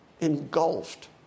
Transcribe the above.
engulfed